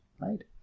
right